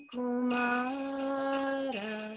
Kumara